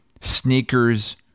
sneakers